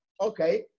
Okay